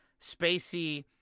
Spacey